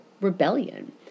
rebellion